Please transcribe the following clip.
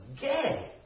gay